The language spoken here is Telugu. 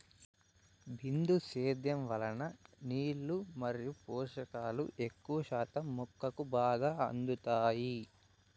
బిందు సేద్యం వలన నీళ్ళు మరియు పోషకాలు ఎక్కువ శాతం మొక్కకు బాగా అందుతాయి